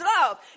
love